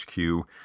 HQ